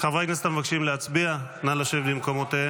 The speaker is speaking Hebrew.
חברי הכנסת המבקשים להצביע, נא לשבת במקומותיהם.